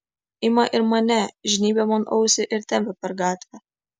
ima ir mane žnybia man ausį ir tempia per gatvę